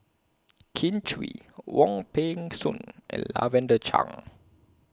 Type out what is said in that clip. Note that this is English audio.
Kin Chui Wong Peng Soon and Lavender Chang